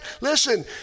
listen